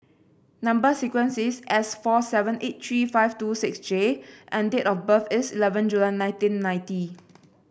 number sequence is S four seven eight three five two six J and date of birth is eleven July nineteen ninety